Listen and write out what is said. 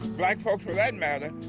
black folks, for that matter,